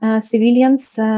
civilians